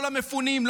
לא למפונים,